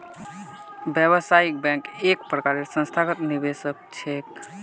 व्यावसायिक बैंक एक प्रकारेर संस्थागत निवेशक छिके